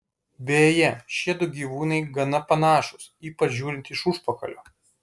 beje šiedu gyvūnai gana panašūs ypač žiūrint iš užpakalio